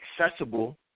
accessible